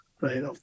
right